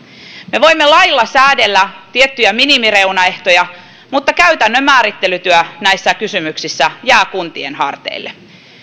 me voimme lailla säädellä tiettyjä minimireunaehtoja mutta käytännön määrittelytyö näissä kysymyksissä jää kuntien harteille